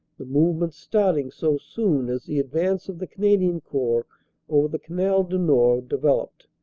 the movement starting so soon as the advance of the canadian corps over the canal du nord developed.